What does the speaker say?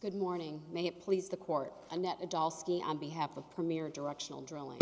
good morning may it please the court and that a doll ski on behalf of premier directional drilling